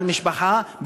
על משפחה,